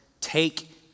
take